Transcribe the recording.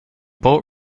boat